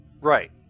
Right